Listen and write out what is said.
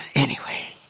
anyway